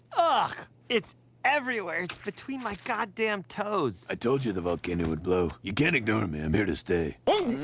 ah it's everywhere, it's between my goddamn toes. i told you the volcano would blow. you can't ignore me, i'm here to stay.